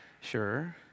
Sure